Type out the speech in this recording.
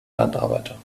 landarbeiter